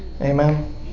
Amen